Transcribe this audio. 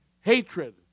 hatred